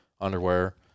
underwear